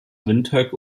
windhoek